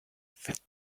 fit